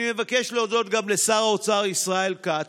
אני מבקש להודות גם לשר האוצר ישראל כץ,